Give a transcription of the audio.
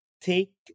take